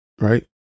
right